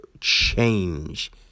change